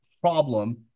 problem